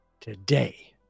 today